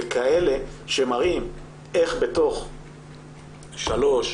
וכאלה שמראים איך בתוך שלוש,